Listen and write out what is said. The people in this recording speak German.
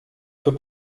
für